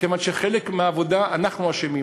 כיוון שבחלק מהעבודה אנחנו שמים,